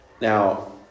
Now